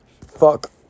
fuck